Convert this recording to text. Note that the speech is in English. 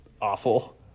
awful